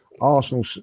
Arsenal